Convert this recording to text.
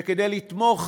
וכדי לתמוך